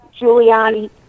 Giuliani